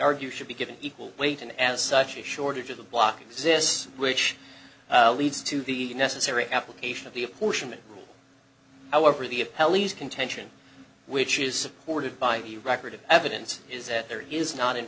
argue should be given equal weight and as such a shortage of the block exists which leads to the necessary application of the apportionment rule however the of ellie's contention which is supported by the record of evidence is that there is not in